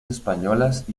españolas